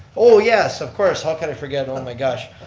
oh yes, of course, how could i forget? oh and my gosh.